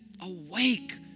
awake